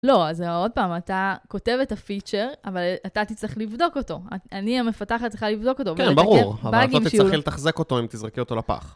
לא, אז עוד פעם, אתה כותב את הפיצ'ר, אבל אתה תצטרך לבדוק אותו. אני המפתחת צריכה לבדוק אותו. כן, ברור, אבל את לא תצטרכי לתחזק אותו אם תזרקי אותו לפח.